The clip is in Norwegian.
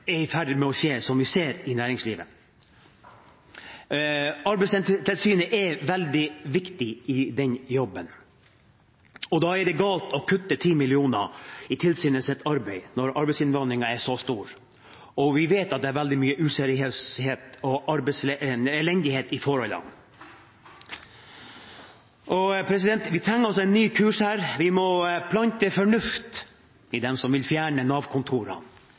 i ferd med å skje, som vi ser i næringslivet. Arbeidstilsynet er veldig viktig i den jobben, og da er det galt å kutte 10 mill. kr i tilsynets arbeid når arbeidsinnvandringen er så stor og vi vet at det er veldig mye useriøsitet og elendighet i forholdene. Vi trenger altså en ny kurs her. Vi må plante fornuft i dem som vil fjerne